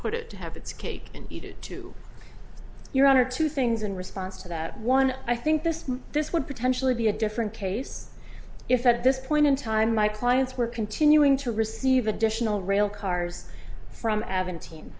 put it to have its cake and eat it too your honor two things in response to that one i think this this would potentially be a different case if at this point in time my clients were continuing to receive additional railcars from avin team